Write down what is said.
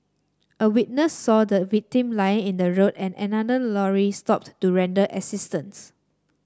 a witness saw the victim lying in the road and another lorry stopped to render assistance